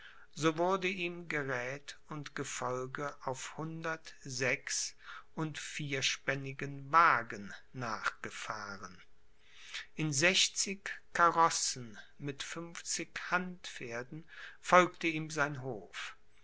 so wurde ihm geräte und gefolge auf hundert sechs und vierspännigen wagen nachgefahren in sechzig carrossen mit fünfzig handpferden folgte ihm sein hof